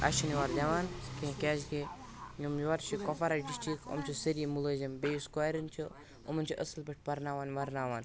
اسہِ چھِنہٕ یورٕ دِوان کیٚنٛہہ کیٛازِکہِ یِم یورٕ چھِ کُپوارہ ڈِسٹِرٛک یِم چھِ سٲری مُلٲزِم بیٚیہِ یُس کورِیٚن چھُ یِمَن چھِ اصٕل پٲٹھۍ پَرناوان وَرناوان